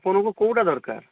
ଆପଣଙ୍କୁ କେଉଁଟା ଦରକାର